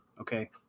Okay